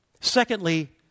Secondly